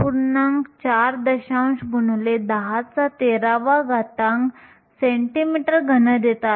4 x 1013 cm3 देतात